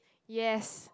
yes